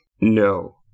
no